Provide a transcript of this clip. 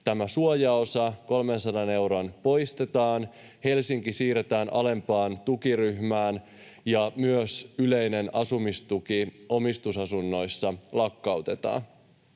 euron suojaosa poistetaan, Helsinki siirretään alempaan tukiryhmään, ja myös yleinen asumistuki omistusasunnoissa lakkautetaan.